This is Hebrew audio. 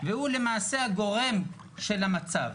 והוא למעשה הגורם של המצב.